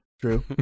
True